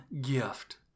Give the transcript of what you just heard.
gift